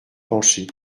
pencher